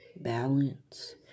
balance